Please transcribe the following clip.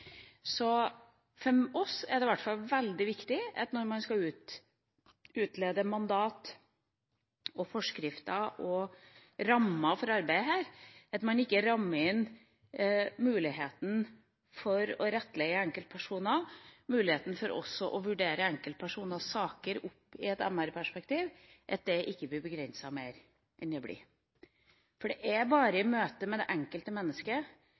Så for oss er det i hvert fall veldig viktig, når man skal utlede mandat, forskrifter og rammer for dette arbeidet, at man ikke rammer inn muligheten for å rettlede enkeltpersoner, muligheten for også å vurdere enkeltpersoners saker i et MR-perspektiv – at dette ikke blir mer begrenset enn det blir. For det er bare i møtet med det enkelte mennesket